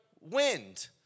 Wind